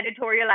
editorializing